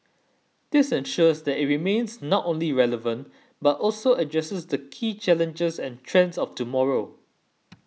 this ensures that it remains not only relevant but also addresses the key challenges and trends of tomorrow